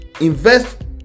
Invest